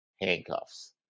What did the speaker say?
handcuffs